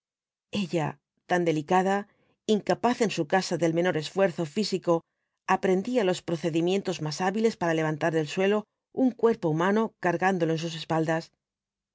ella tan delicada incapaz en su casa del menor esfuerzo físico aprendía los procedimientos más hábiles para levantar del suelo un cuerpo humano cargándolo en sus espaldas